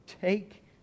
Take